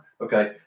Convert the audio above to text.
Okay